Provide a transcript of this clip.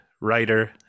writer